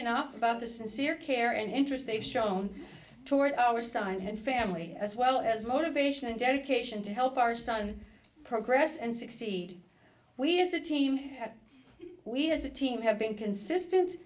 enough about the sincere care and interest they have shown toward our sons and family as well as motivation and dedication to help our son progress and succeed we as a team we as a team have been consistent